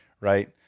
right